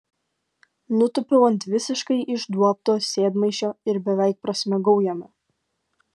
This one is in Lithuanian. nutūpiau ant visiškai išduobto sėdmaišio ir beveik prasmegau jame